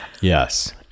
Yes